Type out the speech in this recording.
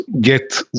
get